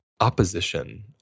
opposition